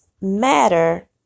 matter